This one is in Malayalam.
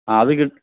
ആ അത് കി